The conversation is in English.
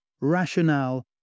rationale